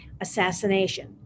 assassination